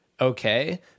okay